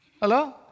Hello